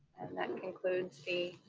that concludes the